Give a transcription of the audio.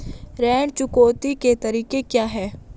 ऋण चुकौती के तरीके क्या हैं?